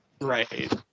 Right